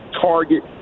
target